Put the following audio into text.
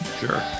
Sure